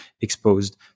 exposed